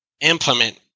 implement